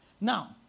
Now